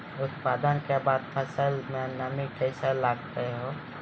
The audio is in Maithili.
उत्पादन के बाद फसल मे नमी कैसे लगता हैं?